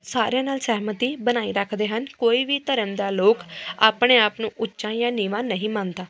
ਸਾਰਿਆਂ ਨਾਲ ਸਹਿਮਤੀ ਬਣਾਈ ਰੱਖਦੇ ਹਨ ਕੋਈ ਵੀ ਧਰਮ ਦਾ ਲੋਕ ਆਪਣੇ ਆਪ ਨੂੰ ਉੱਚਾ ਜਾਂ ਨੀਵਾਂ ਨਹੀਂ ਮੰਨਦਾ